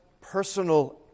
personal